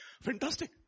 Fantastic